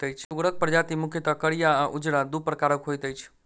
सुगरक प्रजाति मुख्यतः करिया आ उजरा, दू प्रकारक होइत अछि